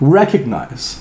recognize